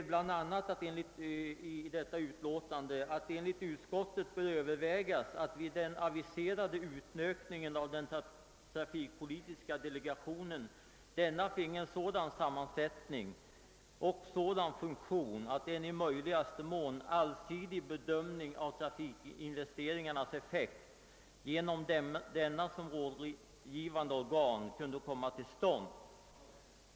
I detta utlåtande heter det bl.a., att det enligt utskottet bör »övervägas att vid den aviserade utökningen av den trafikpolitiska delegationen denna finge en sådan sammansättning« ——— »och sådan funktion att en i möjligaste mån allsidig bedömning av trafikinvesteringarnas effekt genom denna som rådgivande organ kunde komma till stånd».